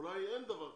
אולי אין דבר כזה,